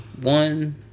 One